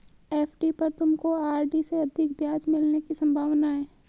FD पर तुमको RD से अधिक ब्याज मिलने की संभावना है